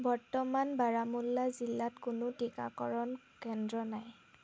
বৰ্তমান বাৰামুল্লা জিলাত কোনো টীকাকৰণ কেন্দ্ৰ নাই